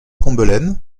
combelaine